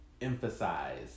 emphasize